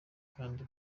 kandi